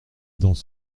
dans